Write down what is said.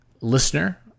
listener